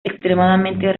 extremadamente